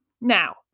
Now